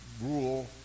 rule